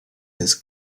his